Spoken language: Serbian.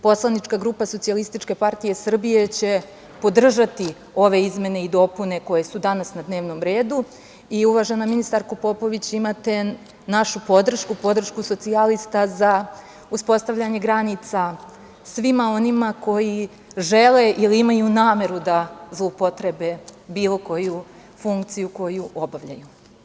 Poslanička grupa SPS će podržati ove izmene i dopune koje su danas na dnevnom redu i uvažena ministarko Popović, imate našu podršku, podršku socijalista, za uspostavljanje granica svima onima koji žele ili imaju nameru da zloupotrebe bilo koju funkciju koju obavljaju.